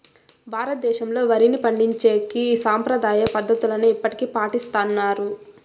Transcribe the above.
భారతదేశంలో, వరిని పండించేకి సాంప్రదాయ పద్ధతులనే ఇప్పటికీ పాటిస్తన్నారు